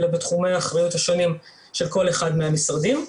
אלא בתחומי האחריות השונים של כל אחד מהמשרדים,